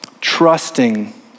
trusting